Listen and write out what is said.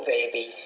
baby